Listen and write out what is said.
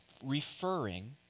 referring